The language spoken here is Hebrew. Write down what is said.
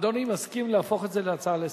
אדוני מסכים להפוך את זה להצעה לסדר-היום?